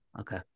Okay